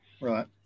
Right